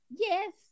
Yes